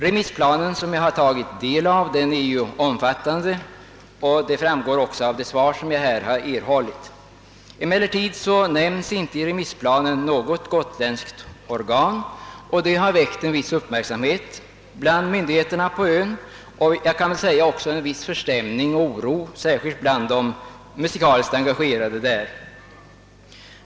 Remissplanen, som jag har tagit del av, är omfattande, vilket också framgår av det svar som jag har erhållit. Emellertid nämns inte i den något gotländskt organ, och det har väckt en viss uppmärksamhet bland myndigheterna på ön och även en viss förstämning och oro, särskilt bland de musikaliskt engagerade.